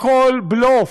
הכול בלוף.